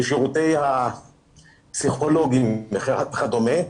בשירותי הפסיכולוגים וכדומה,